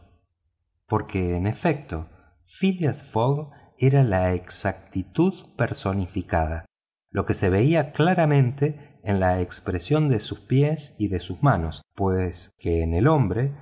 porque en efecto phileas fogg era la exactitud personificada lo que se veía claramente en la expresión de sus pies y de sus manos pues que en el hombre